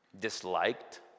Disliked